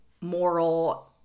moral